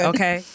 Okay